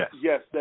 yes